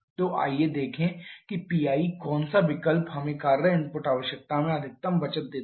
तो आइए देखें कि PI का कौन सा विकल्प हमें कार्य इनपुट आवश्यकता में अधिकतम बचत देता है